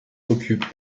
occupe